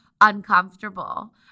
uncomfortable